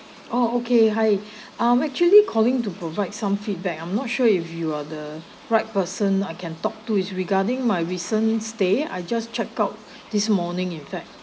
oh okay hi I'm actually calling to provide some feedback I'm not sure if you are the right person I can talk to is regarding my recent stay I just check out this morning in fact